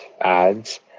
ads